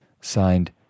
Signed